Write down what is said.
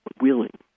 willing